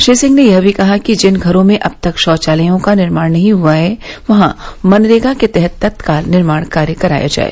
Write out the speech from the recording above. श्री सिंह ने यह भी कहा कि जिन घरों में अब तक शौचायलों का निर्माण नहीं हुआ है वहां मनरेगा के तहत तत्काल निर्माण कार्य कराया जाए